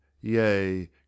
YEA